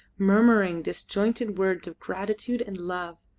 murmuring disjointed words of gratitude and love.